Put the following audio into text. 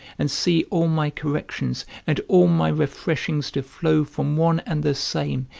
and see all my corrections, and all my refreshings to flow from one and the same,